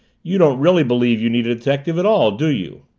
you don't really believe you need a detective at all, do you?